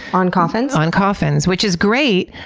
on coffins? on coffins, which is great.